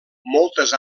moltes